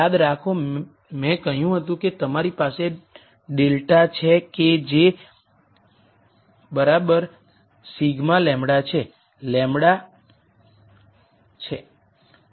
યાદ રાખો મેં કહ્યું હતું કે તમારી પાસે ∇ છે કે જે σ λ છે